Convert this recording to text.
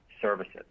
services